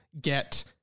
get